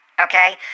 Okay